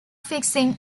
fixing